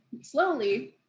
slowly